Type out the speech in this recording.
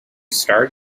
start